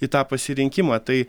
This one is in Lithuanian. į tą pasirinkimą tai